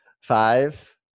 Five